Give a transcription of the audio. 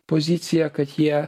poziciją kad jie